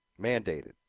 mandated